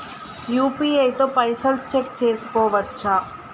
UPI తో పైసల్ check చేసుకోవచ్చా?